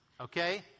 Okay